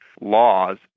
laws